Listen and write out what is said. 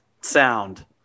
sound